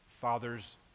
father's